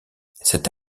cette